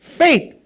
faith